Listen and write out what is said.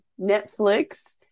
Netflix